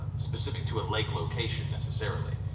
specific to a lake location, necessarily.